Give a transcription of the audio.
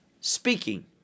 speaking